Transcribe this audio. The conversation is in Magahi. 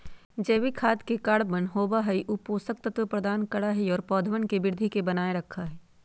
जैविक खाद में कार्बन होबा हई ऊ पोषक तत्व प्रदान करा हई और पौधवन के वृद्धि के बनाए रखा हई